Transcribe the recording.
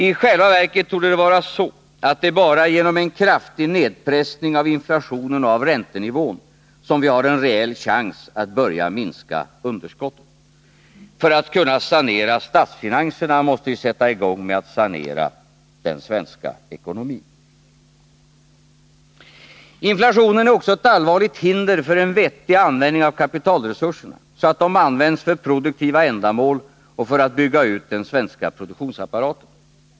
I själva verket torde det vara så att det bara är genom en kraftig nedpressning av inflationen och av räntenivån som vi har en reell chans att börja minska budgetunderskottet. För att kunna sanera statsfinanserna måste vi sätta i gång med att sanera den svenska ekonomin. Inflationen är också ett allvarligt hinder för en vettig användning av kapitalresurserna, så att de används för produktiva ändamål och för att bygga ut den svenska produktionsapparaten.